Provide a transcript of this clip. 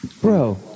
Bro